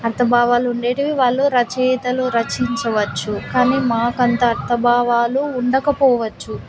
అర్థభావాలు ఉండేవి వాళ్ళు రచయితలు రచించవచ్చు కానీ మాకు అంత అర్థభావాలు ఉండకపోవచ్చు